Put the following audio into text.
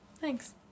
Thanks